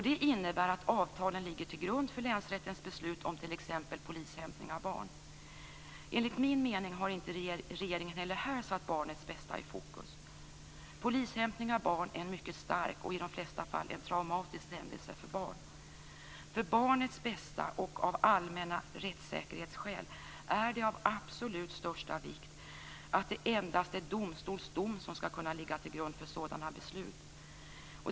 Det innebär att avtalen ligger till grund för länsrättens beslut om t.ex. polishämtning av barn. Enligt min mening har regeringen inte heller här satt barnets bästa i fokus. Polishämtning av barn är en mycket stark och i de flesta fall traumatisk händelse för barn. För barnets bästa och av allmänna rättssäkerhetsskäl är det av absolut största vikt att det endast är domstols dom som skall kunna ligga till grund för sådana beslut.